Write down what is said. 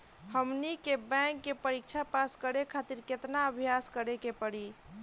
हमनी के बैंक के परीक्षा पास करे खातिर केतना अभ्यास करे के पड़ी?